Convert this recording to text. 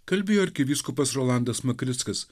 kalbėjo arkivyskupas rolandas makrickas